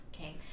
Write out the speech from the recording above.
okay